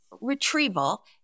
Retrieval